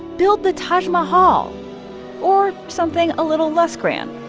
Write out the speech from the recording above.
build the taj mahal or something a little less grand,